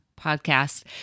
podcast